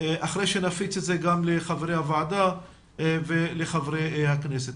אחרי שנפיץ גם לחברי הוועדה ולחברי הכנסת.